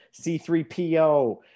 C3PO